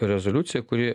rezoliuciją kuri